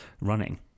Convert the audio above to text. running